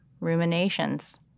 Ruminations